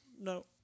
no